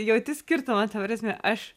jauti skirtumą ta prasme aš